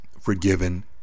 forgiven